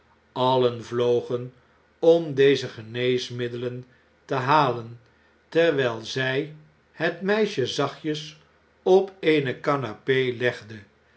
allen vlogen om deze geneesmiddelen te halen terwijl zy het meisje zachtjes op eene canape de voorbereiding legde